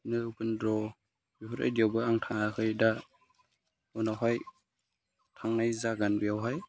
बिदिनो उपेन्द्र बेफोरबायदियावबो आं थाङाखै दा उनावहाय थांनाय जागोन बेयावहाय